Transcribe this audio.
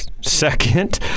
Second